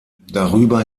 darüber